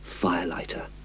firelighter